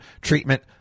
treatment